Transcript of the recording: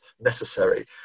necessary